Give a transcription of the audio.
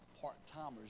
part-timers